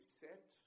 set